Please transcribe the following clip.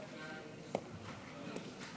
אדוני היושב-ראש,